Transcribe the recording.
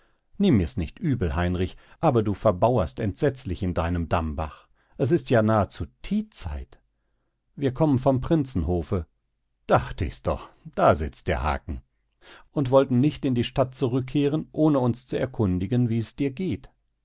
nimm mir's nicht übel heinrich aber du verbauerst entsetzlich in deinem dambach es ist ja nahezu theezeit wir kommen vom prinzenhofe dacht ich's doch da sitzt der haken und wollten nicht in die stadt zurückkehren ohne uns zu erkundigen wie es dir geht